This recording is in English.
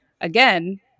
again